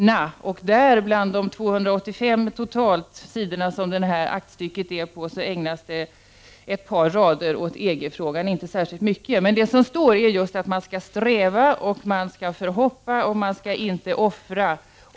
Aktstycket är på totalt 285 sidor, och ett par rader ägnas åt EG frågan. Det är inte särskilt mycket, men det sägs just att man skall sträva, man skall ha förhoppningar och man skall inte offra.